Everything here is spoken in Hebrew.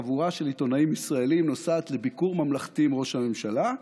חבורה של עיתונאים ישראלים נוסעת לביקור ממלכתי עם ראש הממשלה,